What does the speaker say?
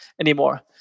anymore